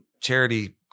charity